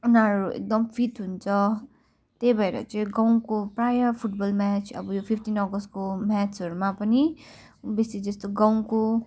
उनीहरू एकदम फिट हुन्छ त्यही भएर चाहिँ गाउँको प्रायः फुटबल म्याच अब यो फिफ्टिन अगस्तको म्याचहरूमा पनि बेसी जस्तो गाउँको